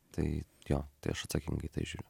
tai jo tai aš atsakingai į tai žiūriu